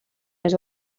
les